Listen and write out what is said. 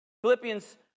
Philippians